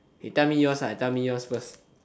okay tell me yours ah tell me yours first